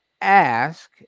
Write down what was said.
ask